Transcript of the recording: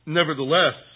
nevertheless